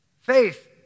Faith